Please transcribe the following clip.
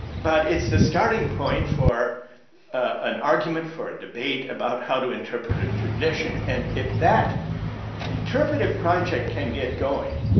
but it's the starting point for an argument for a debate about how to interpret a tradition and if that interpretive project can get going,